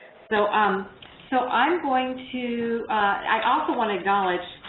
so um so, i'm going to i also want to acknowledge,